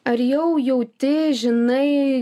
ar jau jauti žinai